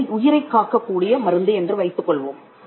அது ஒரு உயிரைக் காக்கக் கூடிய மருந்து என்று வைத்துக் கொள்வோம்